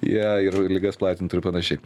jie ir ligas platintų ir panašiai